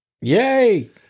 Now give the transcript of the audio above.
Yay